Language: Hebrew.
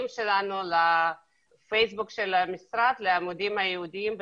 שלנו לפייסבוק של המשרד לעמודים הייעודיים בשפות.